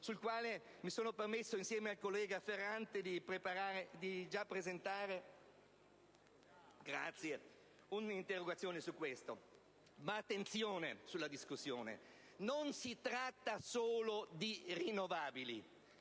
al quale mi sono permesso, insieme al collega Ferrante, di presentare un'interrogazione. Ma attenzione a questa discussione. Non si tratta solo di energie rinnovabili.